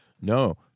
No